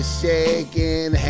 shaking